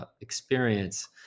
experience